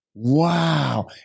Wow